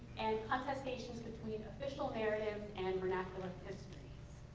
and contestations between official narratives and vernacular histories.